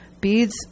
beads